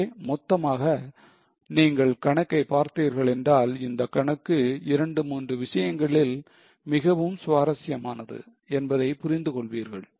எனவே மொத்தமாக நீங்கள் கணக்கை பார்த்தீர்கள் என்றால் இந்த கணக்கு இரண்டு மூன்று விஷயங்களில் மிகவும் சுவாரஸ்யமானது என்பதைப் புரிந்து கொள்வீர்கள்